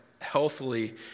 healthily